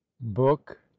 book